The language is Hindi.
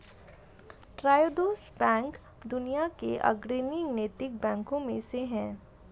ट्रायोडोस बैंक दुनिया के अग्रणी नैतिक बैंकों में से एक है